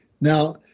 Now